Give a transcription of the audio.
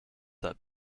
that